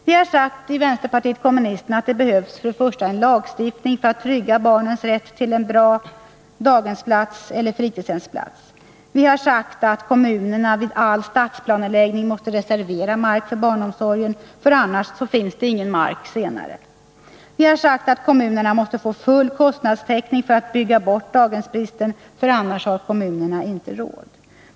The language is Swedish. Vpk har sagt att det behövs en lagstiftning för att trygga barnens rätt till bra daghemsplatser och fritidshemsplatser. Vi har sagt att kommunerna vid all stadsplaneläggning måste reservera mark för barnomsorgen, för annars finns det ingen mark senare. Vi har sagt att kommunerna måste få full kostnadstäckning för att bygga bort daghemsbristen, för annars har kommunerna inte råd.